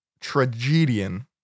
tragedian